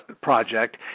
project